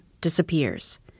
disappears